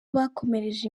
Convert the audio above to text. bakomereje